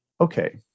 okay